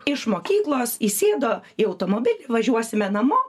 iš mokyklos įsėdo į automobilį važiuosime namo